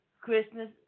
Christmas